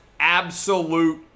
absolute